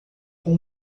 com